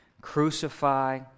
crucify